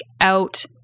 out